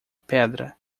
pedra